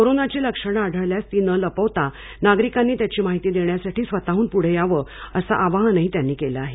कोरोनाची लक्षणे आढळल्यास ती न लपवता नागरिकांनी त्याची माहिती देण्यासाठी स्वतःहून पुढे यावं असं आवाहनही नवाल यांनी केलं आहे